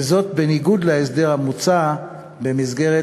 וזאת בניגוד להסדר המוצע במסגרת